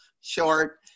short